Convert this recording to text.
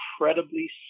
incredibly